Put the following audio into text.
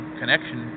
connection